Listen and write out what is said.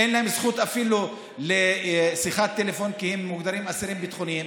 אין להם זכות אפילו לשיחת טלפון כי הם מוגדרים אסירים ביטחוניים.